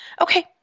Okay